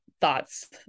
thoughts